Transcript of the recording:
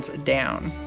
ah down.